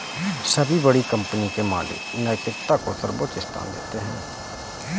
सभी बड़ी कंपनी के मालिक नैतिकता को सर्वोच्च स्थान देते हैं